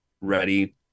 ready